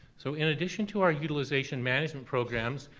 so in addition to our utilization management programs,